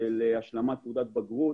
של השלמת תעודת בגרות,